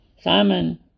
Simon